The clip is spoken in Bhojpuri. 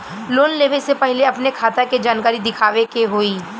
लोन लेवे से पहिले अपने खाता के जानकारी दिखावे के होई?